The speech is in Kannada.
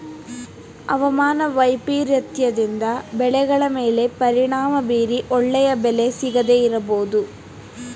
ಅವಮಾನ ವೈಪರೀತ್ಯದಿಂದ ಬೆಳೆಗಳ ಮೇಲೆ ಪರಿಣಾಮ ಬೀರಿ ಒಳ್ಳೆಯ ಬೆಲೆ ಸಿಗದೇ ಇರಬೋದು